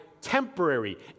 temporary